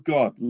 God